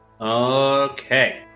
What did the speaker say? Okay